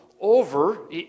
over